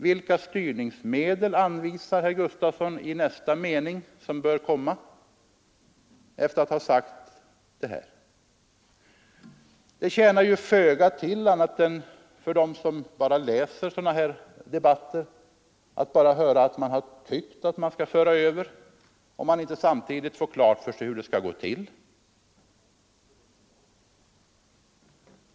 Vilka styrningsmedel anvisar herr Gustafson? Det tjänar ju föga till för dem som läser om sådana här debatter att herr Gustafson har tyckt att tyngre gods skall föras över till järnväg, om de inte samtidigt får klart för sig hur det skall gå till.